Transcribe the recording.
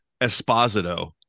esposito